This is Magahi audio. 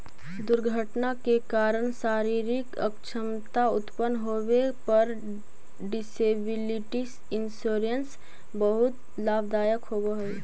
दुर्घटना के कारण शारीरिक अक्षमता उत्पन्न होवे पर डिसेबिलिटी इंश्योरेंस बहुत लाभदायक होवऽ हई